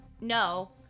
no